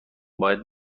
باید